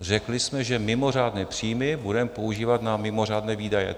Řekli jsme, že mimořádné příjmy budeme používat na mimořádné výdaje.